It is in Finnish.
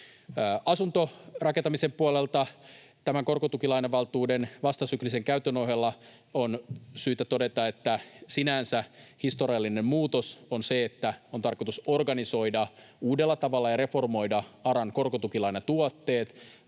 Asuntorakentamisen puolelta tämän korkotukilainavaltuuden vastasyklisen käytön ohella on syytä todeta, että sinänsä historiallinen muutos on se, että on tarkoitus organisoida uudella tavalla ja reformoida ARAn korkotukilainatuotteet.